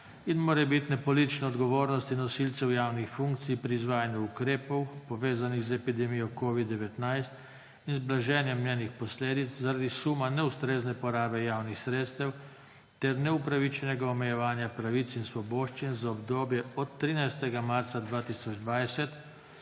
in morebitne politične odgovornosti nosilcev javnih funkcij pri izvajanju ukrepov, povezanih z epidemijo COVID-19 in z blaženjem njenih posledic, zaradi suma neustrezne porabe javnih sredstev ter neupravičenega omejevanja pravic in svoboščin, za obdobje od 13. marca 2020